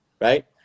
right